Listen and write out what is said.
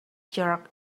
jerk